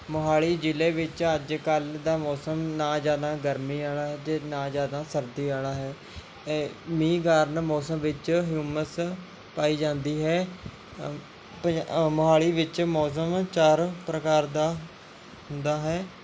ਮੋਹਾਲੀ ਜ਼ਿਲ੍ਹੇ ਵਿੱਚ ਅੱਜ ਕੱਲ੍ਹ ਦਾ ਮੌਸਮ ਨਾ ਜ਼ਿਆਦਾ ਗਰਮੀ ਵਾਲਾ ਹੈ ਅਤੇ ਨਾ ਜ਼ਿਆਦਾ ਸਰਦੀ ਵਾਲਾ ਹੈ ਏ ਮੀਂਹ ਕਾਰਨ ਮੌਸਮ ਵਿੱਚ ਹਿਊਮਸ ਪਾਈ ਜਾਂਦੀ ਹੈ ਪ ਮੋਹਾਲੀ ਵਿੱਚ ਮੌਸਮ ਚਾਰ ਪ੍ਰਕਾਰ ਦਾ ਹੁੰਦਾ ਹੈ